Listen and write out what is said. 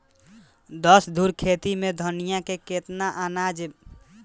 दस धुर खेत में धनिया के केतना वजन मे बोवल जाला?